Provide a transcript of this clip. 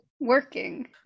working